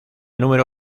número